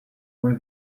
were